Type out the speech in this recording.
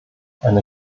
eine